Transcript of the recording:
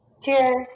Cheers